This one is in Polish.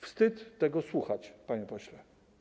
Wstyd tego słuchać, panie pośle.